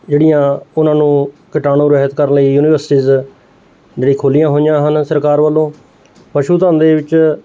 ਜਿਹੜੀਆਂ ਉਹਨਾਂ ਨੂੰ ਕੀਟਾਣੂ ਰਹਿਤ ਕਰਨ ਲਈ ਯੂਨੀਵਰਸਿਟੀਜ ਜਿਹੜੀ ਖੋਲ੍ਹੀਆਂ ਹੋਈਆਂ ਹਨ ਸਰਕਾਰ ਵੱਲੋਂ ਪਸ਼ੂ ਧੰਦੇ ਵਿੱਚ